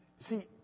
see